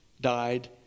died